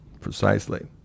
precisely